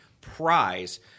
prize